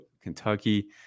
Kentucky